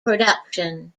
production